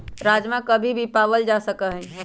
राजमा कभी भी पावल जा सका हई